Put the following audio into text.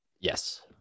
yes